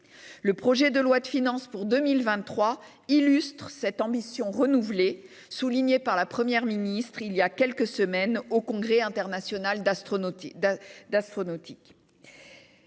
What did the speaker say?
Le projet de loi de finances pour 2023 illustre cette ambition renouvelée, soulignée par la Première ministre voilà quelques semaines devant le Congrès international d'astronautique.